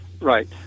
Right